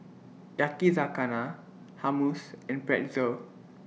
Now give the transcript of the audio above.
Yakizakana Hummus and Pretzel